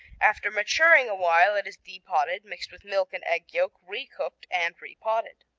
after maturing a while it is de-potted, mixed with milk and egg yolk, re-cooked and re-potted.